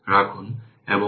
তো কি হবে